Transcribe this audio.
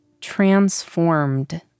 transformed